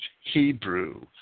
Hebrew